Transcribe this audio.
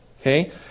okay